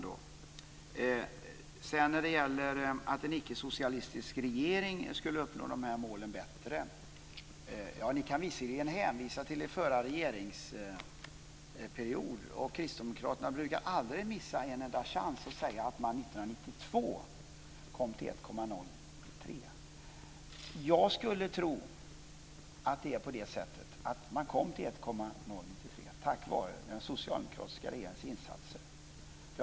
Sedan talade Jan Erik Ågren om att en ickesocialistisk regering skulle uppnå dessa mål bättre. Ni kan visserligen hänvisa till er förra regeringsperiod - kristdemokraterna brukar aldrig missa en chans att säga att man 1992 nådde 1,03 %. Men jag skulle tro att man gjorde det tack vare den socialdemokratiska regeringens insatser.